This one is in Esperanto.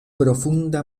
profunda